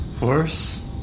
Worse